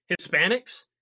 Hispanics